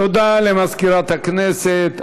תודה למזכירת הכנסת.